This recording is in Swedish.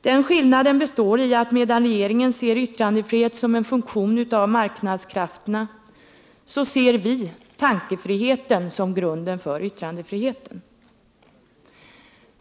Den skillnaden består i att medan regeringen ser yttrandefrihet som en funktion av marknadskrafterna så ser vi tankefriheten som grunden för yttrandefriheten.